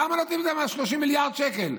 למה נותנים להם 30 מיליארד שקל?